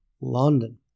London